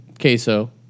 queso